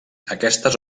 aquestes